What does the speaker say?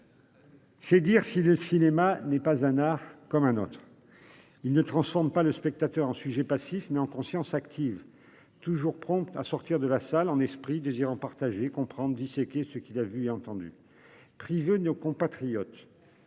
C'est dire si le cinéma n'est pas un art comme un autre. Il ne transforme pas le spectateur en sujet passif mais en conscience active toujours prompt à sortir de la salle en esprit désirant partager comprendre disséquer ce qu'il a vu et entendu. Privés nos compatriotes.